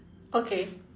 okay